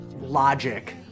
logic